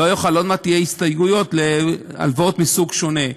עוד מעט יהיו הסתייגויות להלוואות מסוג שונה,